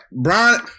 Brian